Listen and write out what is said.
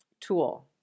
tool